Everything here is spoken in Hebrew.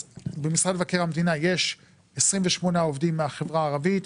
במשרד מבקר המדינה יש 28 עובדים מהחברה הערבית,